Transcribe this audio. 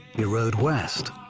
he rode west,